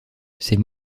ces